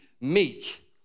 meek